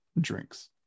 drinks